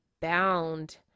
bound